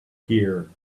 here